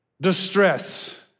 distress